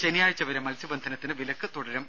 ശനിയാഴ്ച വരെ മത്സ്യബന്ധനത്തിന് വിലക്ക് തുടരും